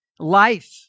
life